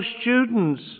students